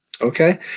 Okay